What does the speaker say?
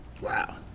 Wow